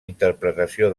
interpretació